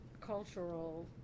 cultural